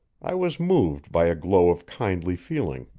i was moved by a glow of kindly feeling.